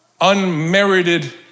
unmerited